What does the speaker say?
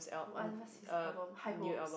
oo uh what's his album High Hopes